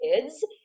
kids